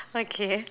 okay